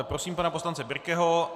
Prosím pana poslance Birkeho.